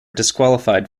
disqualified